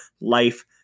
life